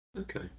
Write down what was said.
Okay